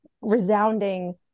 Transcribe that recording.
resounding